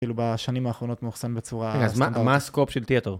כאילו בשנים האחרונות מאוכסן בצורה אסטנדורית. כן, אז מה הסקופ של תיאטור?